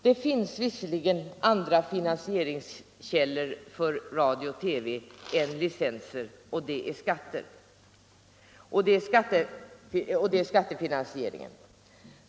Det finns, herr talman, andra finansieringskällor för radio och TV än licenser, bl.a. skattefinansiering.